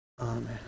Amen